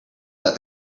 that